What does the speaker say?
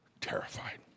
terrified